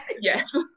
Yes